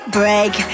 break